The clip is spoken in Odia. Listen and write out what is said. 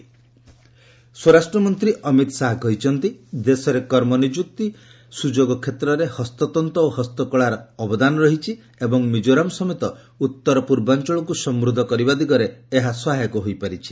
ମିକୋରାମ୍ ଅମିତ୍ ଶାହା ସ୍ୱରାଷ୍ଟ୍ର ମନ୍ତ୍ରୀ ଅମିତ୍ ଶାହା କହିଛନ୍ତି ଦେଶରେ କର୍ମନିଯୁକ୍ତି ସୁଯୋଗ କ୍ଷେତ୍ରରେ ହସ୍ତତ୍ତ ଓ ହସ୍ତକଳାର ଅବଦାନ ରହିଛି ଏବଂ ମିଜୋରାମ୍ ସମେତ ଉତ୍ତର ପୂର୍ବାଞ୍ଚଳକୁ ସମୃଦ୍ଧ କରିବା ଦିଗରେ ଏହା ସହାୟକ ହୋଇପାରିଛି